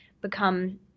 become